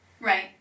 right